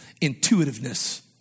intuitiveness